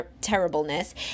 terribleness